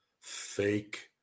fake